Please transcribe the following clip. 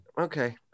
Okay